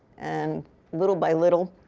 and little by little.